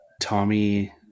Tommy